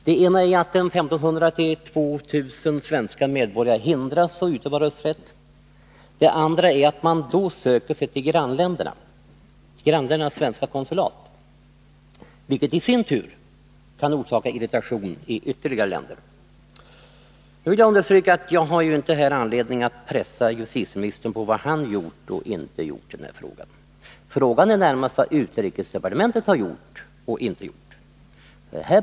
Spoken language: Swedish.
Det ena är att 1 500 till 2 000 svenska medborgare hindras att utöva Fredagen den rösträtt. Det andra är att man då söker sig till grannländernas svenska 11 december 1981 konsulat, vilket i sin tur kan orsaka irritation i ytterligare länder. Jag vill här understryka att jag inte har anledning att pressa justitieminis Om röstmottagtern på vad han har gjort och inte gjort i denna fråga. Frågan är närmast vad ning hos svensk utrikesdepartementet har gjort och inte gjort.